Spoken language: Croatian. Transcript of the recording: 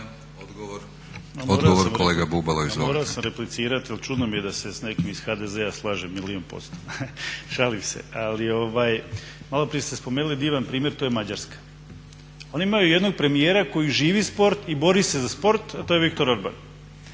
Odgovor kolega Bubalo.